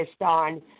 on